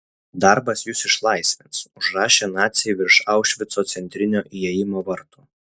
darbas jus išlaisvins užrašė naciai virš aušvico centrinio įėjimo vartų